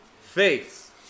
Faith